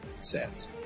says